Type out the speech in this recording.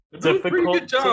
difficult